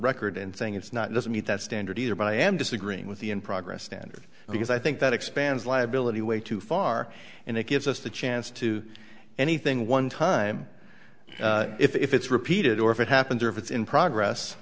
record and saying it's not doesn't meet that standard either but i am disagreeing with the in progress standard because i think that expands liability way too far and it gives us the chance to anything one time if it's repeated or if it happens or if it's in progress